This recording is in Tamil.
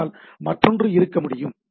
அதனால் மற்றொன்று இருக்க முடியும்